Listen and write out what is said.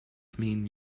mean